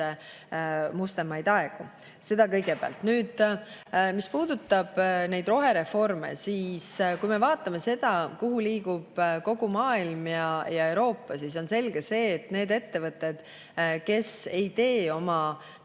mustemaid aegu. Seda kõigepealt. Nüüd see, mis puudutab rohereforme. Kui me vaatame, kuhu liigub kogu maailm ja Euroopa, siis on selge see, et need ettevõtted, kes ei tee oma